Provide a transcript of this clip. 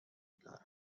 دارند